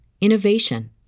innovation